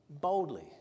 boldly